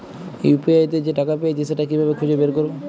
UPI তে যে টাকা পেয়েছি সেটা কিভাবে খুঁজে বের করবো?